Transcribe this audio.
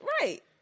right